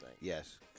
Yes